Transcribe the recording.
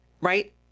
right